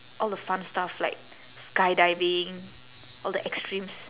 all the fun stuff like sky diving all the extremes